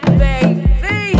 baby